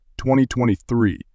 2023